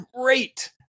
great